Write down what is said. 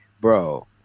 Bro